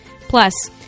Plus